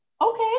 okay